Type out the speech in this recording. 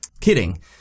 kidding